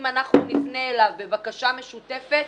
אם נפנה אליו בבקשה משותפת,